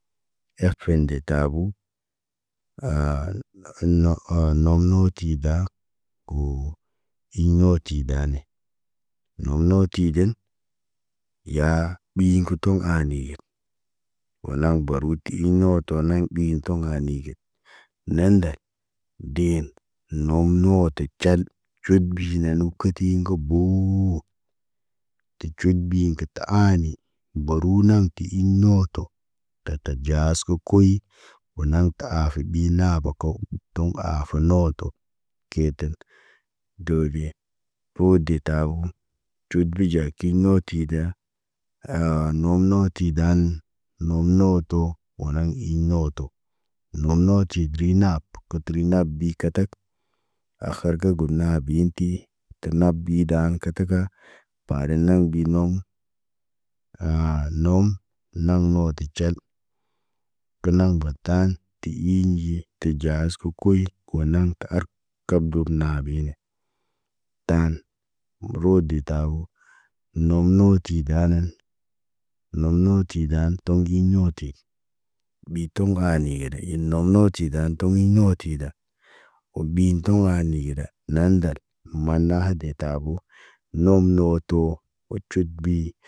Efen de tabu. Hesitation, naŋg no ti da, woo iɲ ɲoti daane. No nooti den, yaa ɓi gotoŋg ay niyet. Wo naŋg baruti iŋg noto naŋg ɓi toŋg hanige. Neen ndel, deen no nooti cal. Cuud bijinen nə kotiɲ kə bowuuu. Ti cud biin kə tə aani. Barunaŋg ti iimoto. Tata ɟaas kə koyi. Wo naŋg tə aafi ɓi naaba ko. Toŋg aafun nooto. Kee tək, doobiɲe, too de tabo. Cuud bi ɟaakiɲ noo tida. Aa nonoŋg ti daan, nonootot, wo naŋg i nooto. Nonooti dərinaab, kətəri naab bi katak. Akhar kə got naa biyin ti, tə nab bidan kataka, paaden naŋg biinom. Aa nom, naŋg noo ti cel. Gul na batan, ti iinɟi tə ɟaayiski koy konaŋg tə arək kərbut nabiine. Taan, wo roode de tabo, noonoti daanan. Noonotidaan toŋgi nooti. Ɓi toŋga anigede yi noŋg nootida toŋg yi no tida. Wo ɓii toŋga anigida, nandal, maanna hadi tabo, moo mooto ocot bi.